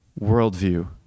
worldview